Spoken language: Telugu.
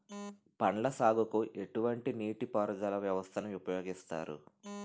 పండ్ల సాగుకు ఎటువంటి నీటి పారుదల వ్యవస్థను ఉపయోగిస్తారు?